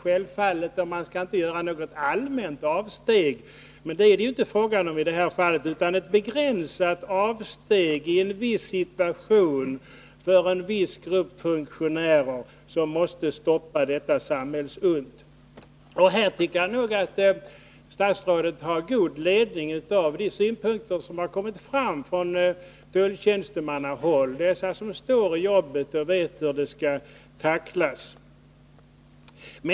Självfallet skall man inte göra något allmänt avsteg från den principen, men det är det ju inte fråga om i det här fallet. Det gäller ju ett begränsat avsteg i en viss situation för en viss grupp funktionärer, som måste stoppa detta samhällsonda. Här tycker jag nog att statsrådet har god ledning av de synpunkter som har kommit från tulltjänstemannahåll. Det rör sig om personer som står mitt uppe i arbetet och vet hur problemen skall tacklas.